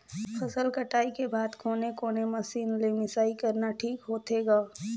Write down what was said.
फसल कटाई के बाद कोने कोने मशीन ले मिसाई करना ठीक होथे ग?